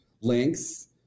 links